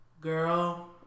girl